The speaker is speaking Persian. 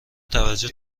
توجه